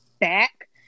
back